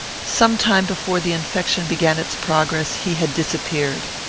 some time before the infection began its progress, he had disappeared.